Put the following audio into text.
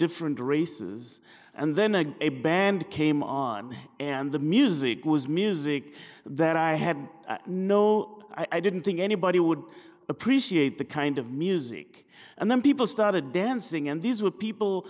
different races and then a band came on and the music was music that i had no i didn't think anybody would appreciate the kind of music and then people started dancing and these were people